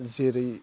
जेरै